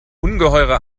ungeheure